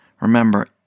Remember